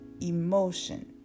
emotion